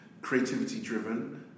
creativity-driven